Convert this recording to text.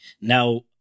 Now